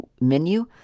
menu